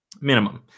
minimum